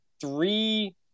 three